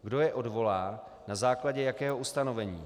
Kdo je odvolá, na základě jakého ustanovení.